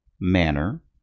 manner